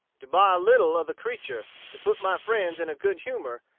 to buy a little of the creature, to put my friends in a good humor,